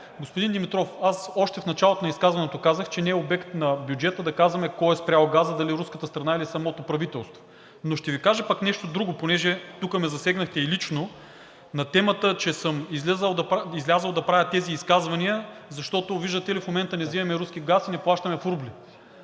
Господин Димитров, аз още в началото на изказването казах, че не е обект на бюджета да казваме кой е спрял газа – дали руската страна, или самото правителство, но ще Ви кажа пък нещо друго, понеже тук ме засегнахте и лично на темата, че съм излязъл да правя тези изказвания, защото, виждате ли, в момента не вземаме руски газ и не плащаме в рубли.